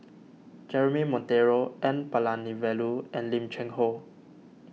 Jeremy Monteiro N Palanivelu and Lim Cheng Hoe